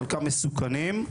חלקם מסוכנים,